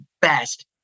best